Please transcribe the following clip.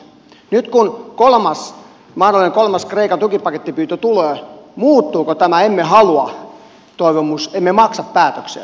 nyt kun mahdollinen kolmas kreikan tukipakettipyyntö tulee muuttuuko tämä emme halua toivomus emme maksa päätökseksi